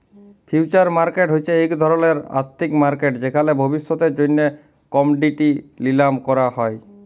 future market হছে ইক ধরলের আথ্থিক মার্কেট যেখালে ভবিষ্যতের জ্যনহে কমডিটি লিলাম ক্যরা হ্যয়